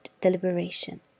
deliberation